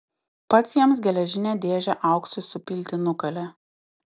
pats jiems geležinę dėžę auksui supilti nukalė